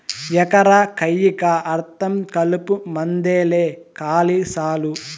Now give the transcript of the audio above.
ఎకరా కయ్యికా అర్థం కలుపుమందేలే కాలి సాలు